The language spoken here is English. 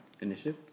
Initiative